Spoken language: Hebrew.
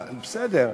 בסדר.